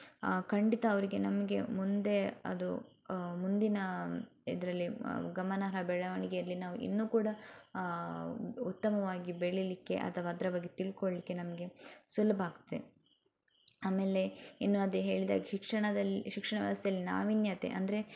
ಖಂಡಿತ ಅವ್ರಿಗೆ ನಮಗೆ ಮುಂದೆ ಅದು ಮುಂದಿನ ಇದರಲ್ಲಿ ಗಮನಾರ್ಹ ಬೆಳವಣಿಗೆಯಲ್ಲಿ ನಾವು ಇನ್ನೂ ಕೂಡ ಉತ್ತಮವಾಗಿ ಬೆಳಿಲಿಕ್ಕೆ ಅಥವಾ ಅದರ ಬಗ್ಗೆ ತಿಳ್ಕೊಳ್ಲಿಕ್ಕೆ ನಮಗೆ ಸುಲಭ ಆಗತ್ತೆ ಆಮೇಲೆ ಇನ್ನು ಅದೆ ಹೇಳಿದಾಗೆ ಶಿಕ್ಷಣದಲ್ಲಿ ಶಿಕ್ಷಣ ವ್ಯವಸ್ಥೆಯಲ್ಲಿ ನಾವೀನ್ಯತೆ ಅಂದರೆ